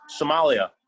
Somalia